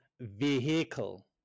vehicle